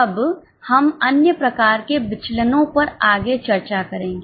अब हम अन्य प्रकार के विचलनो पर आगे चर्चा करेंगे